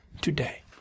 today